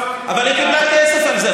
אבל היא קיבלה כסף על זה.